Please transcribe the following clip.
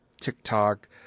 TikTok